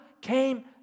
came